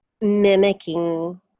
mimicking